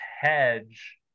hedge